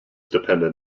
dependent